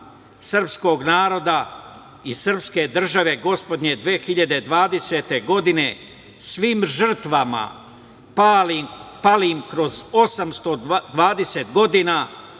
srpskog naroda i srpske države, gospodnje 2020. godine, svim žrtvama palim kroz 820 godina